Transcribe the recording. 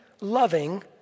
loving